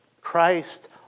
Christ